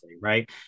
Right